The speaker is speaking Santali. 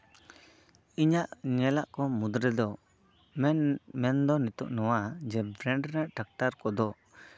ᱤᱧᱟᱹᱜ ᱧᱮᱞᱟᱜ ᱠᱚ ᱢᱩᱫᱽ ᱨᱮᱫᱚ ᱢᱮᱱ ᱫᱚ ᱱᱤᱛᱚᱜ ᱱᱚᱣᱟ ᱡᱮ ᱵᱨᱮᱱᱰ ᱨᱮᱱᱟᱜ ᱰᱟᱠᱴᱟᱨ ᱠᱚᱫᱚ